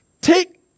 Take